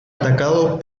atacado